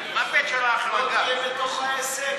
לא יהיו בתוך העסק?